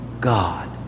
God